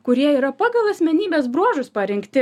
kurie yra pagal asmenybės bruožus parinkti